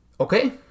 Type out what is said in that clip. Okay